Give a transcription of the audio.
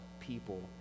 people